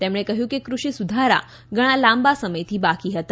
તેમણે કહ્યું કે કૃષિ સુધારા ઘણા લાંબા સમયથી બાકી હતા